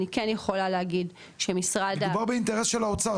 אני כן יכולה להגיד --- מדובר באינטרס של האוצר,